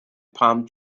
palm